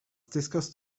discussed